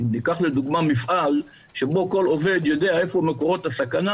ניקח לדוגמה מפעל שבו כל עובד יודע איפה מקורות הסכנה,